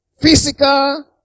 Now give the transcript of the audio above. physical